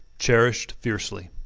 cherished fiercely.